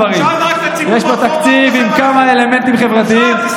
תשאל רק את הציבור ברחוב מה הוא חושב עליכם.